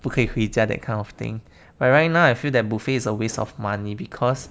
不可以回家 that kind of thing but right now I feel that buffet is a waste of money because